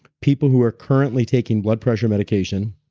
people who are currently taking blood pressure medication.